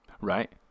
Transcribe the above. Right